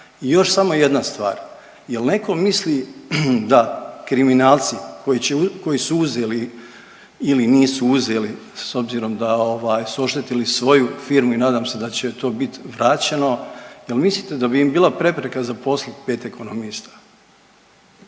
I još samo jedna stvar. Jel' netko misli da kriminalci koji su uzeli ili nisu uzeli s obzirom da su oštetili svoju firmu i nadam se da će to bit vraćeno, jel' mislite da bi im bila prepreka zaposliti pet ekonomista?